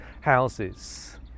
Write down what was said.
houses